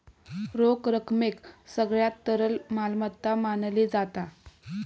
रोख रकमेक सगळ्यात तरल मालमत्ता मानली जाता